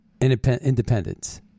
independence